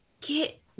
get